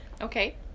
Okay